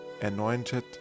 anointed